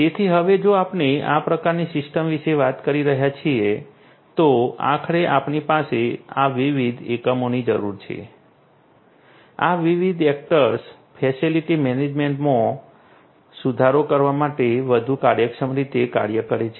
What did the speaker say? તેથી હવે જો આપણે આ પ્રકારની સિસ્ટમ વિશે વાત કરી રહ્યા છીએ તો આખરે આપણી પાસે આ વિવિધ એકમોની જરૂર છે આ વિવિધ એક્ટર્સ ફેસિલિટી મેનેજમેન્ટમાં સુધારો કરવા માટે વધુ કાર્યક્ષમ રીતે કાર્ય કરે છે